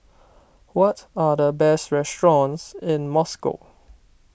what are the best restaurants in Moscow